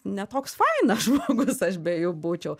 ne toks fainas žmogus aš be jų būčiau